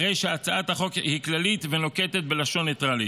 הרי הצעת החוק היא כללית ונוקטת לשון ניטרלית.